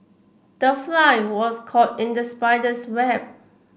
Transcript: the fly was caught in the spider's web